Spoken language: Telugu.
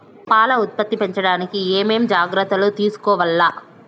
పాల ఉత్పత్తి పెంచడానికి ఏమేం జాగ్రత్తలు తీసుకోవల్ల?